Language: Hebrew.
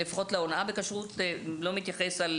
לפחות החוק להונאה בכשרות לא מתייחס על